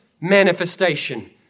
manifestation